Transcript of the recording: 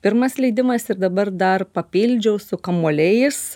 pirmas leidimas ir dabar dar papildžiau su kamuoliais